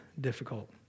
difficult